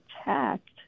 attacked